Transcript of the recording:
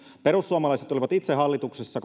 perussuomalaiset olivat itse hallituksessa